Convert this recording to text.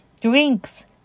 Drinks